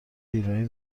ایرانی